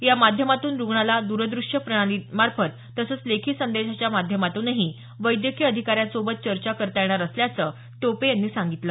या माध्यमातून रुग्णाला दूरदृष्य संवाद प्रणाली तसंच लेखी संदेशाच्या माध्यमातूनही वैद्यकीय अधिकाऱ्यांसमवेत चर्चा करता येणार असल्याचं टोपे यांनी सांगितलं